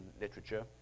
literature